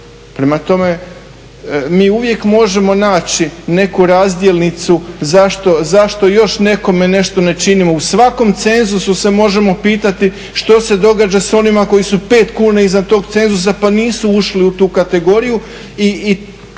Prema tome, mi uvijek možemo naći neku razdjelnicu zašto još nekome nešto ne činimo. U svakom cenzusu se možemo pitati što se događa s onima koji su 5 kuna iza tog cenzusa pa nisu ušli u tu kategoriju i